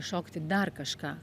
šokti dar kažką